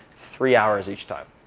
three hours each time.